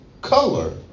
color